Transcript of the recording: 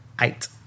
Eight